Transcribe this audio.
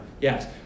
Yes